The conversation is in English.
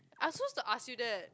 I'm supposed to ask you that